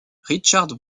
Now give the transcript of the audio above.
richard